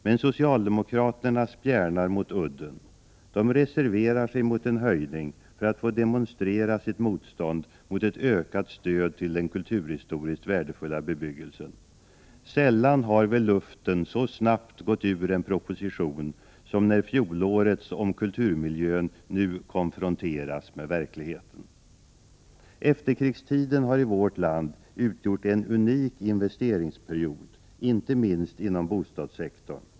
Men socialdemokraterna spjärnar mot udden. De reserverar sig mot en höjning för att få demonstrera sitt motstånd mot ett ökat stöd till den kulturhistoriskt värdefulla bebyggelsen. Sällan har väl luften så snabbt gått ur en proposition som när fjolårets proposition om kulturmiljön nu konfronteras med verkligheten. Efterkrigstiden har i vårt land utgjort en unik investeringsperiod — inte minst inom bostadssektorn.